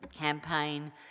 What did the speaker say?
campaign